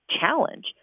challenge